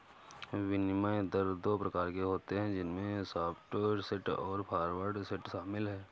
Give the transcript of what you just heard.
विनिमय दर दो प्रकार के होते है जिसमे स्पॉट रेट और फॉरवर्ड रेट शामिल है